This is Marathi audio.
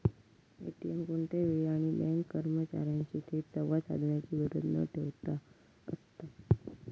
ए.टी.एम कोणत्याही वेळी आणि बँक कर्मचार्यांशी थेट संवाद साधण्याची गरज न ठेवता असता